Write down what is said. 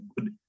good